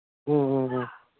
ꯎꯝ ꯎꯝ ꯎꯝ